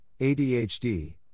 ADHD